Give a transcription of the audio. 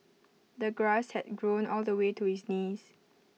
the grass had grown all the way to his knees